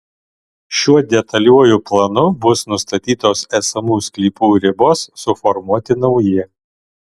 šiuo detaliuoju planu bus nustatytos esamų sklypų ribos suformuoti nauji